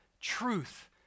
truth